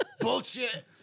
bullshit